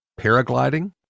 paragliding